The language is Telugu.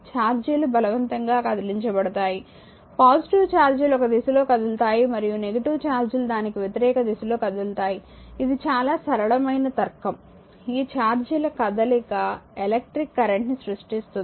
ఛార్జీలు బలవంతంగా కదిలించబడ్డాయిపాజిటివ్ ఛార్జ్ లు ఒక దిశలో కదులుతాయి మరియు నెగిటివ్ ఛార్జీలు దానికి వ్యతిరేక దిశలో కదులుతాయి ఇది చాలా సరళమైన తర్కం ఈ ఛార్జ్ ల కదలిక ఎలక్ట్రిక్ కరెంట్ ని సృష్టిస్తుంది